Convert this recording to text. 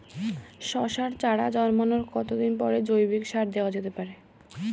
শশার চারা জন্মানোর কতদিন পরে জৈবিক সার দেওয়া যেতে পারে?